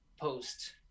post